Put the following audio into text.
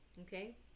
Okay